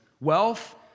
wealth